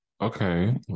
Okay